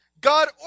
God